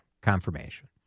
confirmation